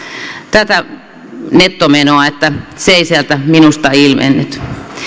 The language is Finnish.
tätä nettomenoa se ei sieltä minusta ilmennyt